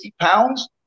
pounds